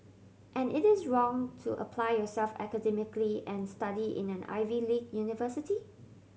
and it is wrong to apply yourself academically and study in an Ivy league university